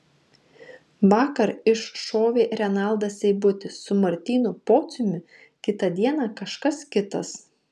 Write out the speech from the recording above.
vakar iššovė renaldas seibutis su martynu pociumi kitą dieną kažkas kitas